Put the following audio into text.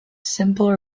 simple